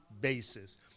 basis